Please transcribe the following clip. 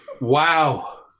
Wow